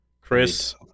Chris